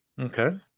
Okay